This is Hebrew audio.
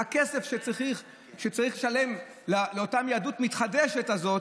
הכסף שצריך לשלם ליהדות המתחדשת הזאת,